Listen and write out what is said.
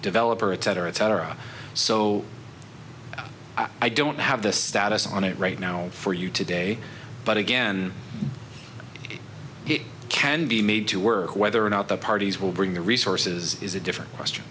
developer etc etc so i don't have the status on it right now for you today but again it can be made to work whether or not the parties will bring the resources is a different question